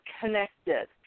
connected